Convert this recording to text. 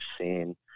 seen